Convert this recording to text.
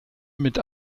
mit